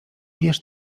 wiesz